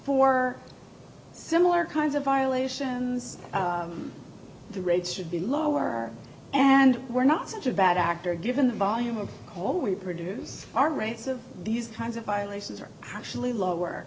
for similar kinds of violations the rates should be lower and we're not such a bad actor given the volume of all we produce our rates of these kinds of violations are actually lower